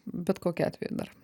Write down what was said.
bet kokiu atveju dar